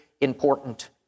important